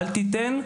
אל תיתן.